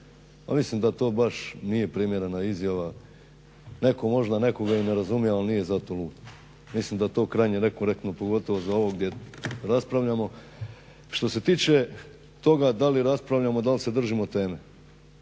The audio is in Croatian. Pa mislim da to baš nije primjerena izjava, netko možda nekoga i ne razumije, ali nije zato lud. Mislim da je to krajnje nekorektno pogotovo za ovo gdje raspravljamo. Što se tiče toga da li raspravljamo, da li se držimo teme?